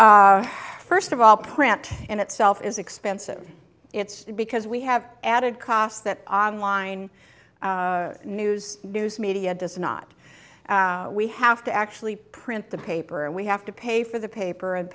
first of all print in itself is expensive it's because we have added costs that on line news news media does not we have to actually print the paper and we have to pay for the paper and